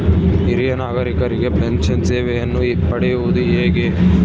ಹಿರಿಯ ನಾಗರಿಕರಿಗೆ ಪೆನ್ಷನ್ ಸೇವೆಯನ್ನು ಪಡೆಯುವುದು ಹೇಗೆ?